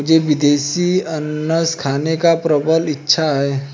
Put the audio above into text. मुझे विदेशी अनन्नास खाने की प्रबल इच्छा है